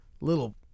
little